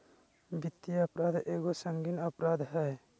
वित्तीय अपराध एगो संगीन अपराध हइ